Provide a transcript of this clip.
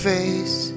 face